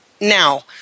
now